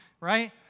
right